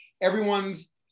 everyone's